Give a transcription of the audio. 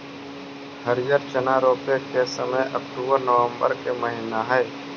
हरिअर चना रोपे के समय अक्टूबर नवंबर के महीना हइ